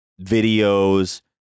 videos